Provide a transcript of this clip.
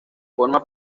forma